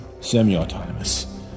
Semi-autonomous